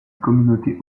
communauté